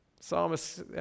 Psalmist